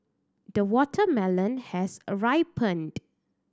the watermelon has a ripened